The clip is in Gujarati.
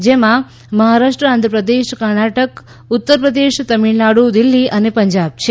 તેમાં મહારાષ્ટ્ર આંધ્ર પ્રદેશ કર્ણાટક ઉત્તર પ્રદેશ તમીળનાડુ દિલ્હી અને પંજાબ છે